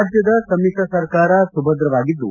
ರಾಜ್ಟದ ಸಮಿತ್ರ ಸರ್ಕಾರ ಸುಭದ್ರವಾಗಿದ್ದು